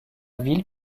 ville